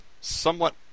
somewhat